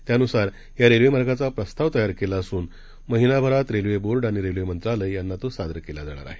त्यान्सार या रेल्वे मार्गाचा प्रस्ताव तयार केला असून महिनाभरात रेल्वे बोर्ड आणि रेल्वे मंत्रालय यांना तो सादर केला जाणार आहे